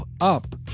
up